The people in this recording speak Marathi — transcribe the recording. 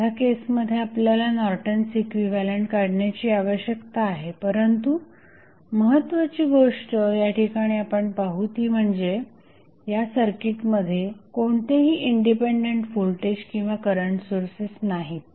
ह्या केसमध्ये आपल्याला नॉर्टन्स इक्विव्हॅलंट काढण्याची आवश्यकता आहे परंतु महत्त्वाची गोष्ट या ठिकाणी आपण पाहू ती म्हणजे या सर्किटमध्ये कोणतेही इंडिपेंडेंट व्होल्टेज किंवा करंट सोर्सेस नाहीत